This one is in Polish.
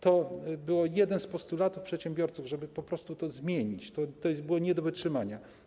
To było jednym z postulatów przedsiębiorców, żeby po prostu to zmienić, to było nie do wytrzymania.